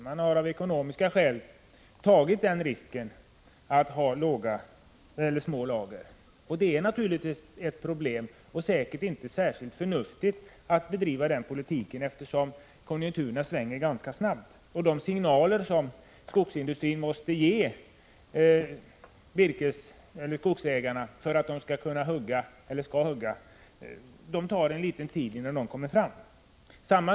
Man har av ekonomiska skäl tagit risken att ha små lager. Det är naturligtvis ett problem med detta och säkert inte särskilt förnuftigt att bedriva den politiken, eftersom konjunkturerna svänger ganska snabbt. De signaler som skogsindustrin måste ge skogsägarna för att de skall avverka tar tid att nå fram.